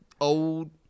Old